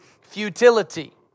futility